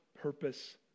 purpose